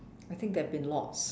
I think there have been lots